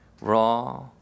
raw